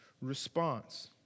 response